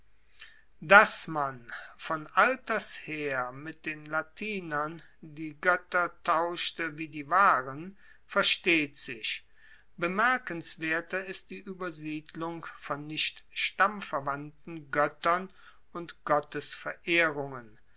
dass man von alters her mit den latinern die goetter tauschte wie die waren versteht sich bemerkenswerter ist die uebersiedlung von nicht stammverwandten goettern und